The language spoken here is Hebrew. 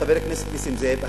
חבר הכנסת נסים זאב,